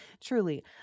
truly